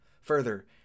further